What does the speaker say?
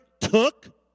took